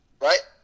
right